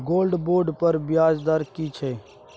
Gold bond पर ब्याज दर की छै?